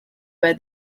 where